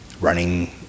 running